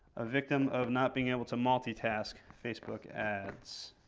a victim of not being able to multitask! facebook. ads.